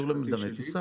אישור למדמה טיסה.